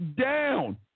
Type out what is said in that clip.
down